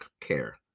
care